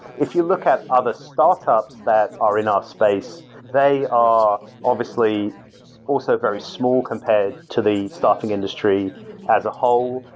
if you look at other startups that are in our space, they are obviously also very small compared to the staffing industry as a whole.